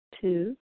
Two